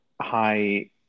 high